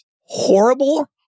Horrible